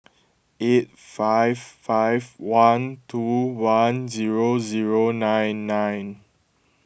eight five five one two one zero zero nine nine